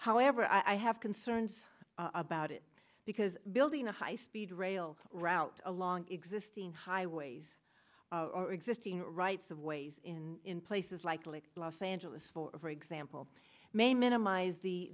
however i have concerns about it because building a high speed rail route along existing highways or existing rights of ways in places like lake los angeles for example may minimize